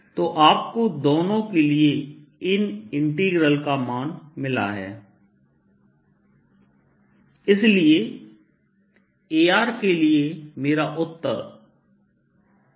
तो आपको दोनों के लिए इन इंटीग्रल का मान मिला है